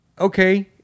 Okay